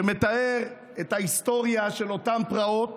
שמתאר את ההיסטוריה של אותן פרעות